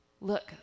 Look